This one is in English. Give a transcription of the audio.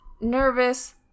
nervous